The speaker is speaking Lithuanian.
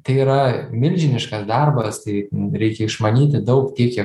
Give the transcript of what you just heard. tai yra milžiniškas darbas tai reikia išmanyti daug tiek kiek